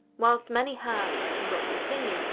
whilst many have, and will continue,